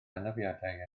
anafiadau